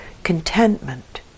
Contentment